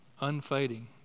unfading